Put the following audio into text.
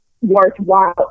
worthwhile